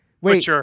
Wait